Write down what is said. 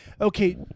Okay